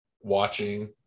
watching